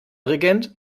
regent